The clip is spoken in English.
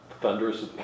thunderous